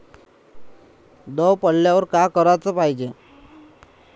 दव पडल्यावर का कराच पायजे?